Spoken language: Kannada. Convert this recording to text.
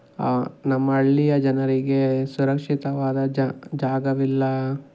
ನಮ್ಮ ಹಳ್ಳಿಯ ಜನರಿಗೆ ಸುರಕ್ಷಿತವಾದ ಜ ಜಾಗವಿಲ್ಲ